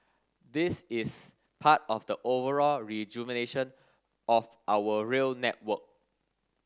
this is part of the overall rejuvenation of our rail network